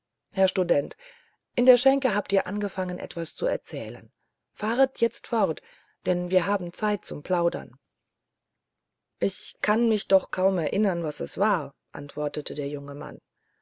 herr student in der schenke habt ihr angefangen etwas zu erzählen fahret jetzt fort denn wir haben zeit zum plaudern kann ich mich doch kaum erinnern was es war antwortete der junge mann